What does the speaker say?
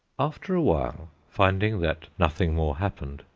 after a while, finding that nothing more happened,